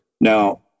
Now